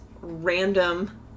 random